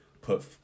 put